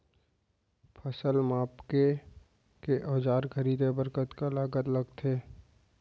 फसल मापके के औज़ार खरीदे बर कतका लागत लगथे?